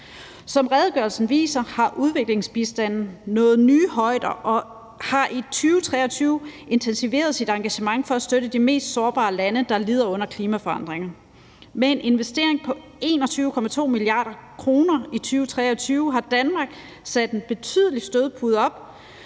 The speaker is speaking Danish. Som redegørelsen viser, har udviklingsbistanden nået nye højder, og i 2023 er engagementet for at støtte de mest sårbare lande, der lider under klimaforandringer, intensiveret. Med en investering på 21,2 mia. kr. i 2023 har Danmark sat en betydelig stødpude op,